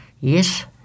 yes